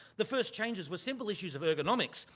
the first changes were simple issues of ergonomics.